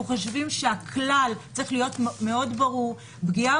אנחנו חושבים שהכלל צריך להיות מאוד ברור שפגיעה